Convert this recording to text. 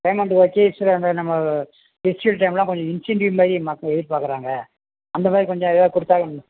payment okay sir அந்த நம்ம festival டைம்லாம் கொஞ்சம் இன்செண்ட்டிவ் மாதிரி மக்கள் எதிர் பார்க்கறாங்க அந்த மாதிரி கொஞ்சம் எதோ கொடுத்தா